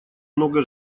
много